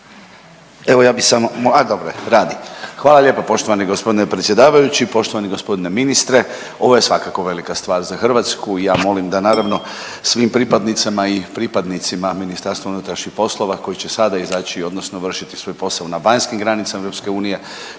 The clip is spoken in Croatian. hvala lijepa poštovani gospodine predsjedavajući, poštovani gospodine ministre, ovo je svakako velika stvar za Hrvatsku i ja molim da naravno svim pripadnicama i pripadnicima MUP-a koji će sada izaći odnosno vrši svoj posao na vanjskim granicama EU